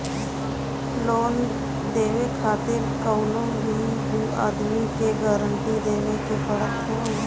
loan लेवे खातिर कवनो भी दू आदमी के गारंटी देवे के पड़त हवे